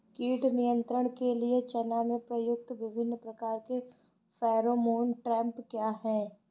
कीट नियंत्रण के लिए चना में प्रयुक्त विभिन्न प्रकार के फेरोमोन ट्रैप क्या है?